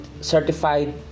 certified